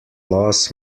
loss